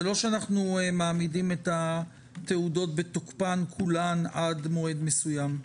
זה לא שאנחנו מעמידים את התעודות בתוקפן כולן עד מועד מסוים.